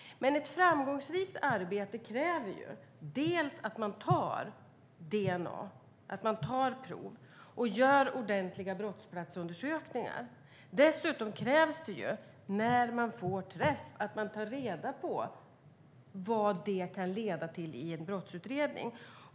Men ett framgångsrikt arbete kräver dels att man tar DNA-prov och gör ordentliga brottsplatsundersökningar, dels att man när man får träff tar reda på vad det kan leda till i en brottsutredning.